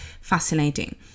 fascinating